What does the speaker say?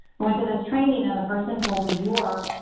went to this training and the person told me you are,